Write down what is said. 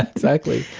exactly.